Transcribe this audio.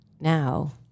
now